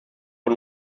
con